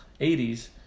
80s